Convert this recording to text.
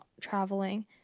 traveling